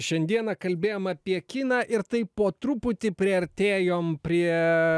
šiandieną kalbėjom apie kiną ir taip po truputį priartėjom prie